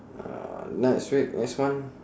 uh next week next month